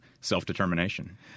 self-determination